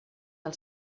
del